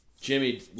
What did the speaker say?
Jimmy